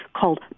called